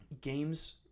games